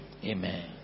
Amen